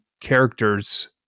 characters